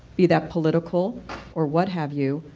be that political or what have you,